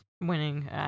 winning